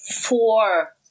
four